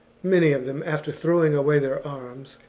many of them after throwing away their arms,